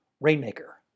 Rainmaker